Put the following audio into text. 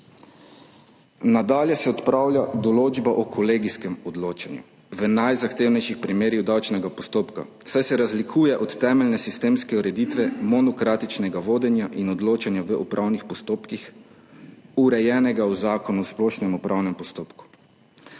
Nadalje se odpravlja določba o kolegijskem odločanju v najzahtevnejših primerih davčnega postopka, saj se razlikuje od temeljne sistemske ureditve monokratičnega vodenja in odločanja v upravnih postopkih, urejenega v Zakonu o splošnem upravnem postopku.